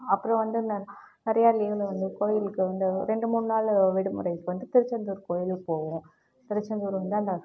அப்புறம் வந்து அந்த நிறைய லீவில் வந்து கோயிலுக்கு வந்து ரெண்டு மூணு நாள் விடுமுறைக்கு வந்து திருச்செந்தூர் கோயிலுக்கு போவோம் திருச்செந்தூர் வந்து அந்த